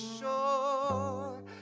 sure